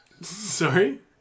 Sorry